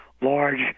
large